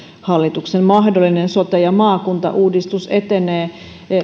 hallituksen mahdollinen sote ja maakuntauudistus etenee